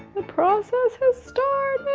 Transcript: the process has started.